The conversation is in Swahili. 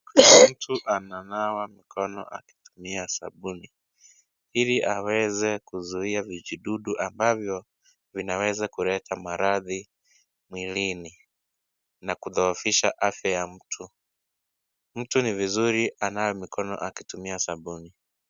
Mtu ananawa mikono akitumia sabuni, ili aweze kuzuia vijidudu, ambavyo vinaweza kuleta maradhi mwilini, na kudhoofisha afya ya mtu. Mtu ni vizuri anawe mikono akitumia sabuni.